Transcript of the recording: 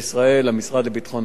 למשרד לביטחון הפנים.